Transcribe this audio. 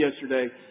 yesterday